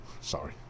Sorry